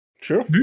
Sure